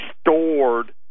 stored